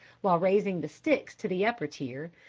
while raising the sticks to the upper tier,